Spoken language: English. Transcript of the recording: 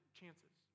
chances